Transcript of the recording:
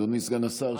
אדוני סגן השר,